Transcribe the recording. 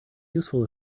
useful